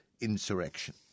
insurrection